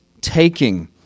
taking